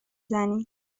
زنید